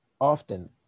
often